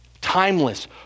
timeless